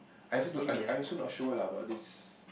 I also don't I I also not sure lah about this